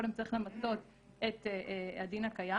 קודם צריך למצות את הדין הקיים.